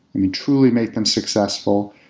mean, truly make them successful.